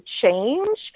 change